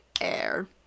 Air